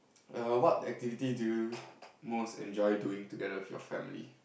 err what activity do you most enjoy doing together with your family